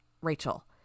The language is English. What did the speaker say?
Rachel